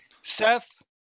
Seth